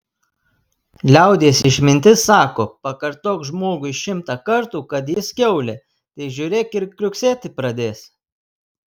liaudies išmintis sako pakartok žmogui šimtą kartų kad jis kiaulė tai žiūrėk ir kriuksėti pradės